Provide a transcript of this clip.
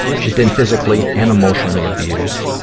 she's been physically and emotionally abused.